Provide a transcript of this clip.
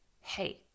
hey